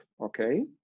Okay